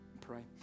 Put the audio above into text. pray